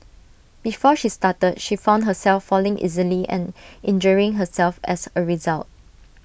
before she started she found herself falling easily and injuring herself as A result